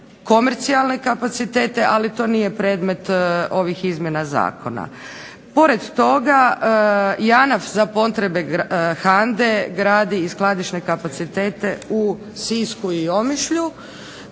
komercijalne kapacitete, ali to nije predmet ovih izmjena zakona. Pored toga JANAF za potrebe HANDA-e gradi skladišne kapacitete u Sisku i Omišlju